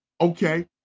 Okay